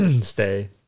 stay